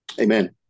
Amen